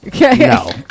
No